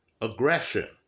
aggression